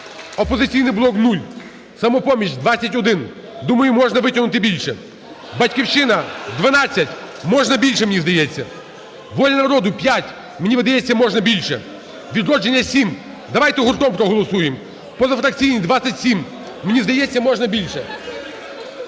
"Опозиційний блок" – 0, "Самопоміч" – 21 (думаю, можна витягнути більше), "Батьківщина" – 12 (можна більше, мені здається), "Воля народу" – 5 (мені видається, можна більше), "Відродження" – 7 (давайте гуртом проголосуємо), позафракційні – 27 (мені здається, можна більше).